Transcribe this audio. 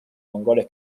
mongoles